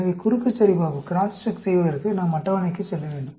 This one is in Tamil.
எனவே குறுக்குச் சரிபார்ப்பு செய்வதற்கு நாம் அட்டவணைக்கு செல்ல வேண்டும்